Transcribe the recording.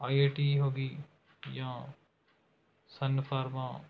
I I T ਹੋ ਗਈ ਜਾਂ ਸਨ ਫਾਰਮਾ